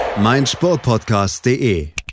meinsportpodcast.de